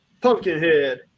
Pumpkinhead